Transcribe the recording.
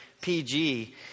PG